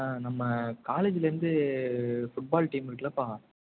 ஆ நம்ம காலேஜிலேருந்து football team இருக்குதுல்லப்பா